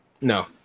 No